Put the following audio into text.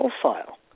profile